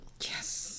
Yes